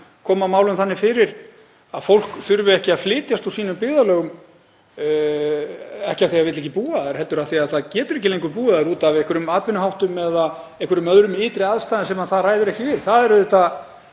koma málum þannig fyrir að fólk þurfi ekki að flytjast úr sínum byggðarlögum, ekki af því að það vill ekki búa þar heldur af því að það getur ekki lengur búið þar út af einhverjum atvinnuháttum eða einhverjum öðrum ytri aðstæðum sem það ræður ekki við. Það er bara